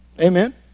Amen